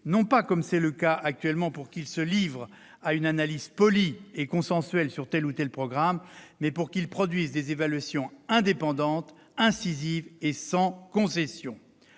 non pas, comme c'est le cas actuellement, pour qu'ils se livrent à une analyse polie et consensuelle sur tel ou tel programme, mais pour qu'ils produisent des évaluations indépendantes, incisives et sans concession.